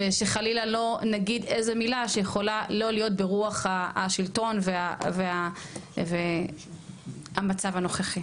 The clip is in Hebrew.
ושחלילה לא נגיד איזו מילה שיכולה לא להיות ברוח השלטון והמצב הנוכחי.